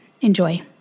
Enjoy